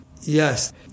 Yes